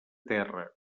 terra